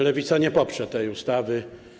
Lewica nie poprze tej ustawy.